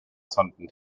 sonden